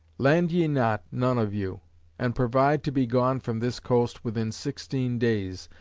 land ye not, none of you and provide to be gone from this coast, within sixteen days,